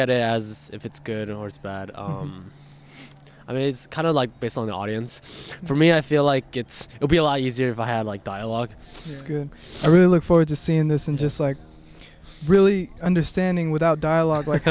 at it as if it's good or it's bad i mean it's kind of like based on audience for me i feel like it's will be a lot easier if i had like dialogue it's good i really look forward to seeing this and just like really understanding without dialogue like